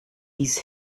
his